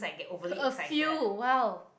a few !wow!